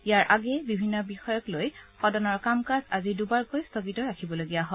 ইয়াৰ আগেয়ে বিভিন্ন বিষয়ক লৈ সদনৰ কাম কাজ আজি দুবাৰকৈ স্থগিত ৰাখিবলগীয়া হয়